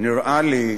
נראה לי,